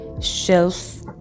shelf